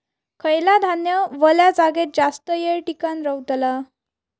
खयला धान्य वल्या जागेत जास्त येळ टिकान रवतला?